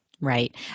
Right